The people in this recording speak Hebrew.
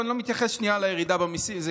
אני לא מתייחס שנייה לירידה במיסים,